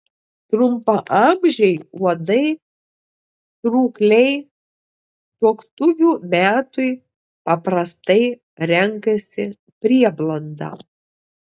trumpaamžiai uodai trūkliai tuoktuvių metui paprastai renkasi prieblandą